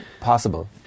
possible